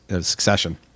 succession